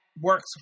works